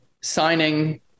signing